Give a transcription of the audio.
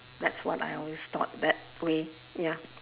that's what I always thought that way ya